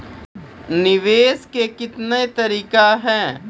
निवेश के कितने तरीका हैं?